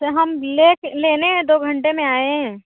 तो हम ले के लेने दो घंटे में आएं